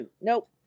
Nope